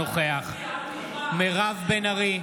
אינו נוכח מירב בן ארי,